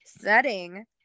setting